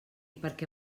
perquè